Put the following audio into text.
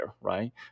right